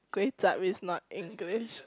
Kway-Chup is not English